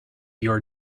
your